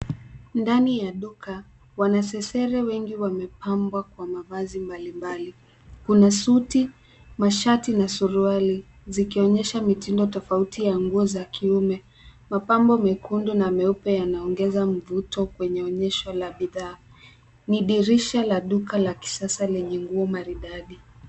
Ndani ya duka, wanasesere wengi wamepambwa kwa mavazi mbali mbali. Kuna suti, mashati, na suruali, zikionyesha mitindo tofauti ya nguo za kiume. Mapambo mekundu na meupe yanaongeza mvuto kwenye onyesho la bidhaa. Ni dirisha la duka la kisasa lenye nguo maridadi.